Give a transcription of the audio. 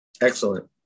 Excellent